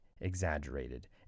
exaggerated